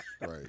Right